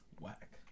Whack